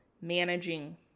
managing